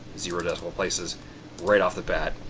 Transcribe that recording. zero decimal places right off the bat,